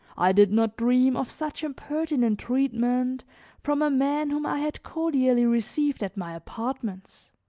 i did not dream of such impertinent treatment from a man, whom i had cordially received at my apartments